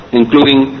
including